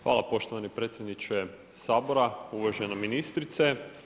Hvala poštovani predsjedniče Sabora, uvažena ministrice.